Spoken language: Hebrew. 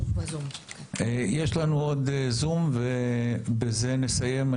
יש לנו עוד זום ובזה נסיים.